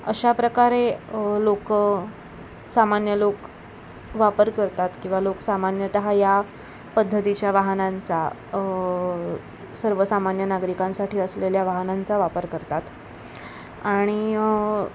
अशा प्रकारे लोक सामान्य लोक वापर करतात किंवा लोक सामान्यतः या पद्धतीच्या वाहनांचा सर्वसामान्य नागरिकांसाठी असलेल्या वाहनांचा वापर करतात आणि